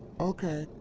okay.